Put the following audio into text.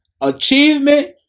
achievement